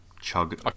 chug